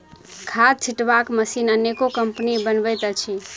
खाद छिटबाक मशीन अनेको कम्पनी बनबैत अछि